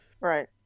Right